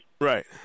Right